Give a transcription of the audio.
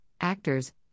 actors